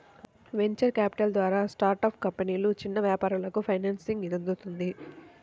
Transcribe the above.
venture capital ద్వారా startup కంపెనీలు, చిన్న వ్యాపారాలకు ఫైనాన్సింగ్ అందుతుంది